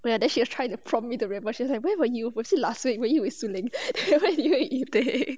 then they tried to prompt me together when will you is it last week when you eat